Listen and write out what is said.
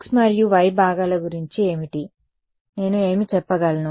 x మరియు y భాగాల గురించి ఏమిటి నేను ఏమి చెప్పగలను